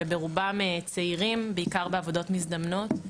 בעיקר צעירים בעבודות מזדמנות,